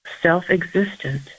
self-existent